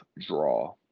draw